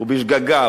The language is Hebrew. ובשגגה,